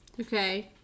Okay